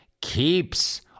Keeps